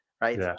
right